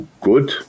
good